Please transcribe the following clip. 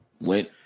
went